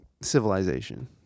civilization